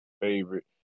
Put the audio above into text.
favorite